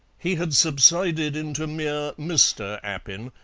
he had subsided into mere mr. appin,